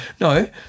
No